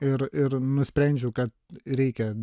ir ir nusprendžiau kad reikia